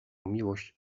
miłość